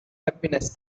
happiness